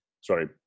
sorry